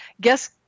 guess